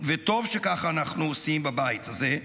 וטוב שככה אנחנו עושים בבית הזה,